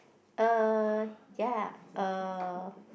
uh yeah uh